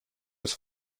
des